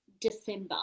december